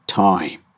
time